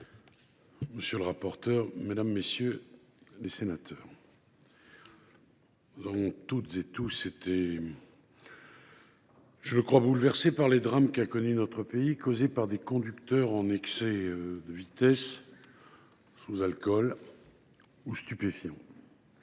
monsieur le rapporteur, mesdames, messieurs les sénateurs, nous avons tous été bouleversés par les drames qu’a connus notre pays, drames causés par des conducteurs en excès de vitesse, sous alcool ou sous stupéfiants.